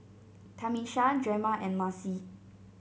Tamisha Drema and Marcie